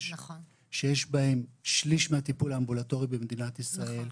שיש בהם שליש מהטיפול האמבולטורי במדינת ישראל,